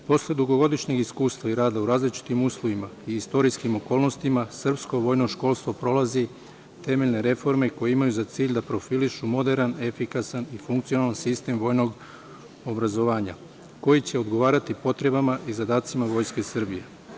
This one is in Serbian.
Posle dugogodišnjeg iskustva i rada u različitim uslovima i istorijskim okolnostima, srpsko vojno školstvo prolazi temeljne reforme koje imaju za cilj da profilišu moderan, efikasan i funkcionalan sistem vojnog obrazovanja, koji će odgovarati potrebama i zadacima Vojske Srbije.